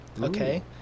okay